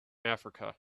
africa